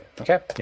Okay